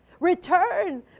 Return